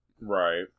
Right